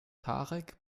tarek